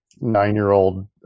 nine-year-old